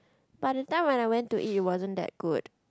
but the time when I went to eat it wasn't that good